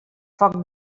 foc